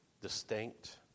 distinct